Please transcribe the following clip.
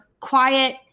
quiet